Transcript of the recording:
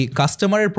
customer